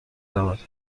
رود